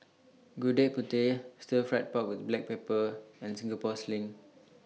Gudeg Putih Stir Fried Pork with Black Pepper and Singapore Sling